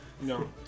No